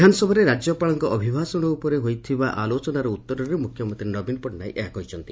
ବିଧାନସଭାରେ ରାଜ୍ୟପାଳଙ୍କ ଅଭିଭାଷଣ ଉପରେ ହୋଇଥିବା ଆଲୋଚନାର ଉତ୍ତରରେ ମୁଖ୍ୟମନ୍ତୀ ନବୀନ ପଟ୍ଟନାୟକ ଏହା କହିଛନ୍ତି